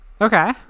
Okay